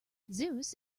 zeus